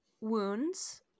wounds